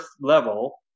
level